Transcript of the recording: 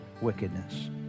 wickedness